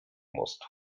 mostu